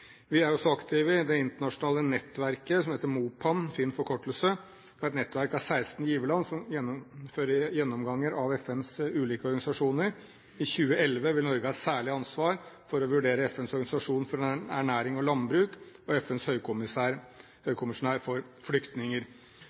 Vi er også aktive i det internasjonale nettverket som heter MOPAN – fin forkortelse. Det er et nettverk av 16 giverland som gjennomfører gjennomganger av FNs ulike organisasjoner. I 2011 vil Norge ha særlig ansvar for å vurdere FNs organisasjon for ernæring og landbruk og FNs høykommissær for flyktninger.